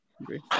Agree